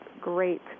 great